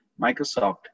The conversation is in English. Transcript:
Microsoft